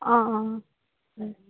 অঁ অঁ